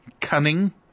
cunning